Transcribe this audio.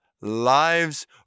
lives